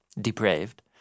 depraved